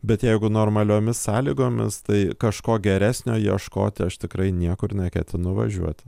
bet jeigu normaliomis sąlygomis tai kažko geresnio ieškoti aš tikrai niekur neketinu važiuoti